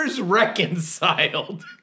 reconciled